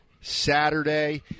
Saturday